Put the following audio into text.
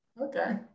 okay